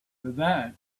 that